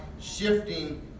shifting